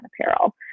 apparel